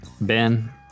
Ben